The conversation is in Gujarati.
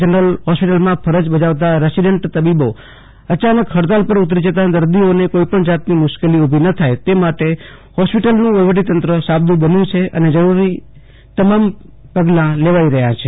જનરલ હોસ્પિટલમાં ફરજ બજાવતા રેસીડેન્ટતબીબો એકાએક હડતાળ પર ઉતરી જતા દર્દીઓને કોઇપણ જાતની મુશ્કેલી ઉભી ન થાય તે માટે હોસ્પિટલનું વફીવટીતંત્ર સાબદું બન્યું છે અને જરૂરી તમામ પગલા લેવાઈ રહ્યા છે